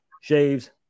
shaves